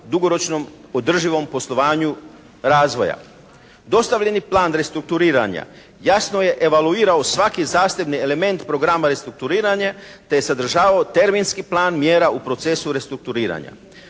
dugoročnom održivom poslovanju razvoja. Dostavljeni plan restrukturiranja jasno je evaluirao svaki zasebni element programa i restrukturiranja te je sadržavao terminski plan mjera u procesu restrukturiranja.